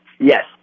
Yes